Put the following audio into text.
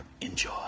Enjoy